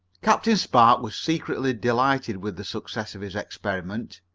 captain spark was secretly delighted with the success of his experiment.